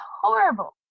horrible